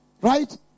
Right